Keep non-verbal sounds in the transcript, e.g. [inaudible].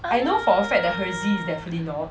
[noise]